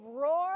roar